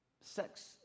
sex